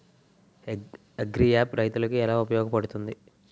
Agri app రైతులకి ఏలా ఉపయోగ పడుతుంది?